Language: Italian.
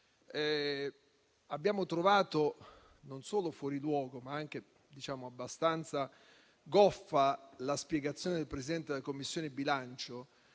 Abbiamo trovato non solo fuori luogo, ma anche abbastanza goffa la spiegazione del Presidente della Commissione bilancio